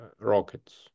rockets